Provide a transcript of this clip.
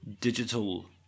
digital